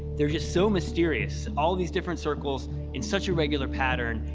they're just so mysterious, all these different circles in such a regular pattern.